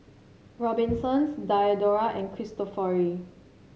Robinsons Diadora and Cristofori